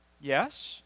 Yes